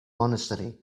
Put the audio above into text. monastery